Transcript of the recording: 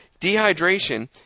dehydration